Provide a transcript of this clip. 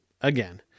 Again